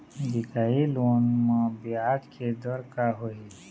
दिखाही लोन म ब्याज के दर का होही?